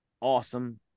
Awesome